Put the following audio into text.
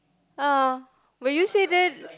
uh will you say that